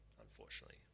unfortunately